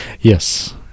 yes